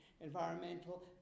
environmental